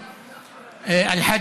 להלן תרגומם: אח יקר,